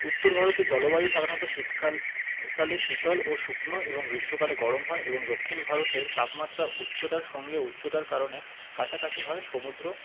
উত্তর ভারতে জলবায়ু সাধারণত শীতকাল কালে শীতল ও শুকনো এবং গ্রীষ্মকালে গরম হয় এবং দক্ষিণ ভারতের তাপমাত্রা উচ্চতার সঙ্গে উচ্চতার কারণে কাছাকাছি হয় সমুদ্র